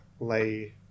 lay